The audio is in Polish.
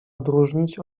odróżnić